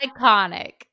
iconic